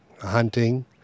hunting